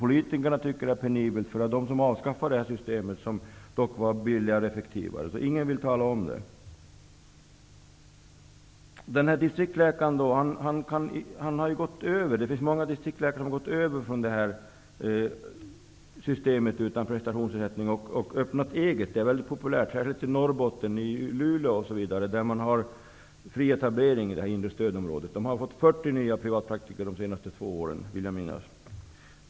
Politikerna tycker också att det är penibelt, eftersom det var de som avskaffade systemet, som var billigare och effektivare. Många distriktsläkare har gått ifrån det system som inte ger någon prestationsersättning och öppnat eget. Det är mycket populärt, särskilt i Norbotten, t.ex. i Luleå. Man har fri etablering i det inre stödområdet, och 40 nya privatpraktiker har kommit dit de senaste två åren.